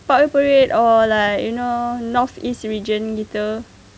parkway parade or like you know north east region gitu